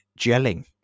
gelling